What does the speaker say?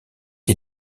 les